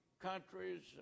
countries